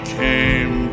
came